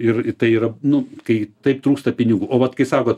ir tai yra nu kai taip trūksta pinigų o vat kai sakot